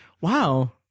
wow